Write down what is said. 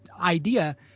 idea